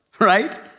right